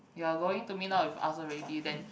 you are going to meet up with us already then